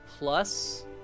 plus